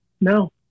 No